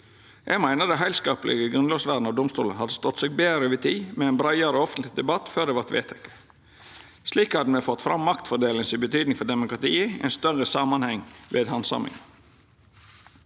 Eg meiner det heilskaplege grunnlovsvernet av domstolane hadde stått seg betre over tid med ein breiare offentleg debatt før det vart vedteke. Slik hadde me fått fram maktfordelinga si betyding for demokratiet i ein større samanheng ved handsaminga.